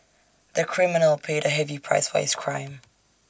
the criminal paid A heavy price for his crime